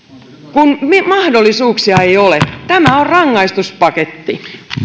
kun mahdollisuuksia ei ole tämä on rangaistuspaketti